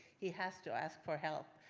he has to ask for help.